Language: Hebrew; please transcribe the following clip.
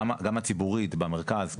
גם הציבורית במרכז,